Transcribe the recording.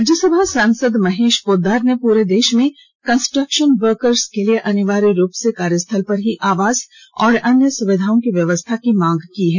राज्यसभा सांसद महेश पोद्दार ने पूरे देश में कंस्ट्रक्शन वर्कर्स के लिए अनिवार्य रूप से कार्यस्थल पर ही आवास एवं अन्य सुविधाओं की व्यवस्था करने मांग की है